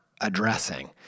addressing